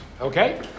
Okay